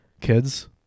kids